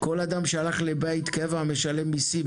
כל אדם שהלך לבית קבע משלם מיסים,